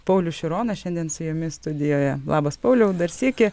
paulius šironas šiandien su jomis studijoje labas pauliau dar sykį